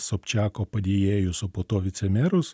sobčiako padėjėjus o po to vicemerus